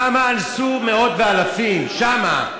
שמה אנסו מאות ואלפים, שמה.